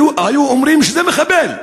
היו אומרים שזה מחבל.